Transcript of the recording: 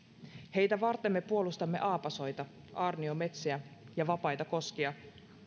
heitä varten me puolustamme aapasoita aarniometsiä ja vapaita koskia